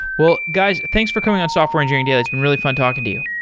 well, guys, thanks for coming on software engineering daily. it's been really fun talking to you.